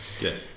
Yes